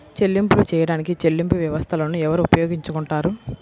చెల్లింపులు చేయడానికి చెల్లింపు వ్యవస్థలను ఎవరు ఉపయోగించుకొంటారు?